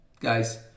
guys